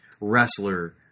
wrestler